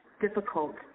difficult